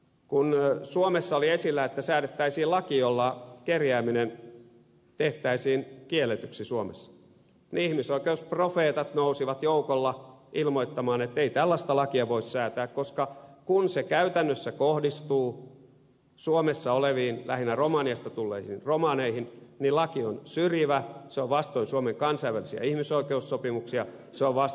kun suomessa oli esillä että säädettäisiin laki jolla kerjääminen tehtäisiin kielletyksi suomessa niin ihmisoikeusprofeetat nousivat joukolla ilmoittamaan että ei tällaista lakia voi säätää koska kun se käytännössä kohdistuu suomessa oleviin lähinnä romaniasta tulleisiin romaneihin niin laki on syrjivä se on vastoin suomen kansainvälisiä ihmisoikeussopimuksia se on vastoin suomen perustuslakia